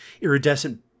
Iridescent